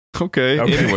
Okay